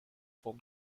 vom